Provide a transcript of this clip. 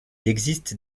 existe